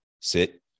sit